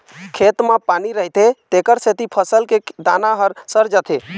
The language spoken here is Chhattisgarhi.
खेत म पानी रहिथे तेखर सेती फसल के दाना ह सर जाथे